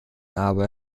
aber